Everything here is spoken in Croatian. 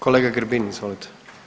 Kolega Grbin, izvolite.